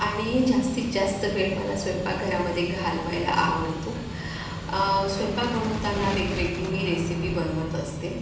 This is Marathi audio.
आणि जास्तीत जास्त वेळ मला स्वयंपाकघरामधे घालवायला आवडतो स्वयंपाक बनवताना वेगवेगळी मी रेसिपी बनवत असते